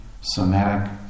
somatic